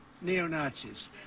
neo-nazis